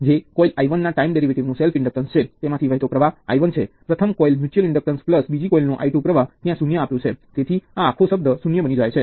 તેથી આ series connection તરીકે ઓળખાય છે મહત્વપૂર્ણ બાબત એ છે કે એક જ પ્રવાહ તેમના મા વહે છે